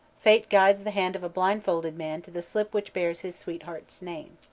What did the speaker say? fate guides the hand of a blindfolded man to the slip which bears his sweetheart's name.